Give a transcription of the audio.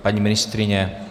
Paní ministryně?